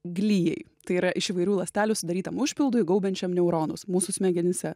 glijai tai yra iš įvairių ląstelių sudarytam užpildui gaubiančiam neuronus mūsų smegenyse